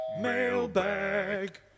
Mailbag